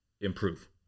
improve